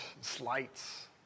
slights